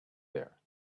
there